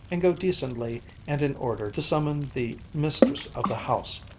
and go decently and in order to summon the mistress of the house.